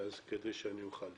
כדי שאני אוכל לפעול.